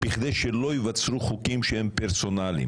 כדי שלא ייוצרו חוקים פרסונליים.